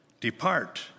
Depart